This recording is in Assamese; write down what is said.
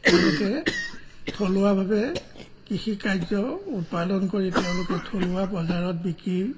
তেওঁলোকে থলুৱাভাৱে কৃষি কাৰ্য উৎপাদন কৰি তেওঁলোকে থলুৱা বজাৰত বিকি